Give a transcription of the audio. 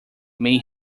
may